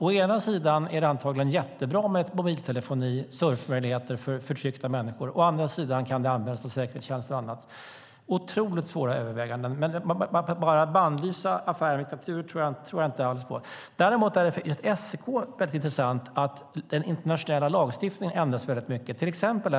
Å ena sidan är det antagligen jättebra med mobiltelefoni och surfmöjligheter för förtryckta människor. Å andra sidan kan det användas av säkerhetstjänst och annat. Det är otroligt svåra överväganden. Men att bannlysa affärer med diktaturer tror jag inte alls på. Däremot när det gäller SEK är det intressant att den internationella lagstiftningen har ändrats mycket.